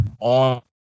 on